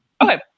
Okay